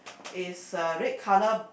is a red colour